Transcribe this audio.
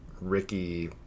Ricky